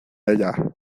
ella